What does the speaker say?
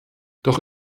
doch